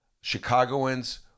Chicagoans